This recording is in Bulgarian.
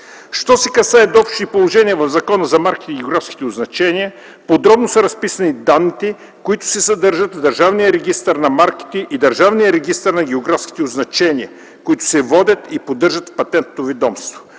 Що се касае до общите положения в Закона за марките и географските означения, подробно са разписани данните, които се съдържат в държавния регистър на марките и държавния регистър на географските означения, които се водят и поддържат в Патентното ведомство.